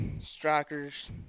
strikers